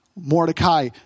Mordecai